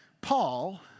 Paul